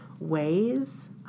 ways